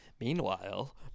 Meanwhile